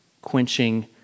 quenching